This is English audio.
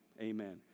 Amen